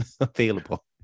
available